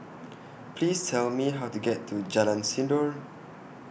Please Tell Me How to get to Jalan Sindor